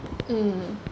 mm